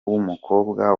w’umukobwa